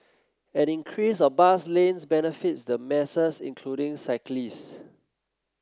an increase of bus lanes benefits the masses including cyclist